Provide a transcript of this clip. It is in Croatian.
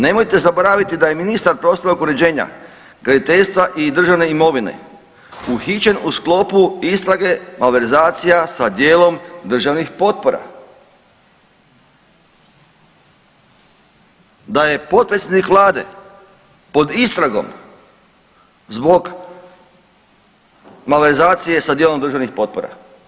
Nemojte zaboraviti da je ministar prostornog uređenja, graditeljstva i državne imovine uhićen u sklopu istrage malverzacija sa dijelom državnih potpora, da je potpredsjednik Vlade pod istragom zbog malverzacije sa dijelom državnih potpora.